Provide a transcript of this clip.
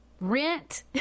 rent